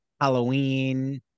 halloween